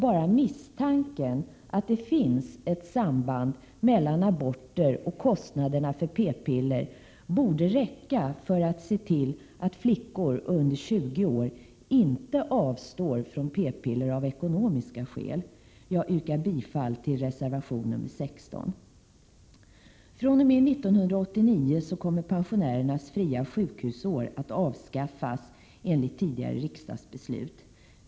Bara misstanken att det finns ett samband mellan antalet aborter och kostnaderna för p-piller borde räcka för att se till att flickor under 20 år inte avstår från p-piller av ekonomiska skäl. Jag yrkar bifall till reservation nr 16. fr.o.m. 1989 kommer pensionärernas fria sjukhusår att avskaffas enligt tidigare riksdagsbeslut.